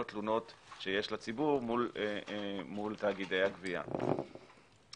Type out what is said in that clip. תלונות שיש לציבור מול תאגידי הגבייה השונים.